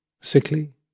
sickly